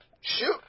Shoot